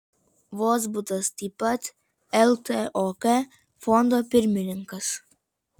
vozbutas taip pat ltok fondo pirmininkas